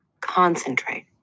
Concentrate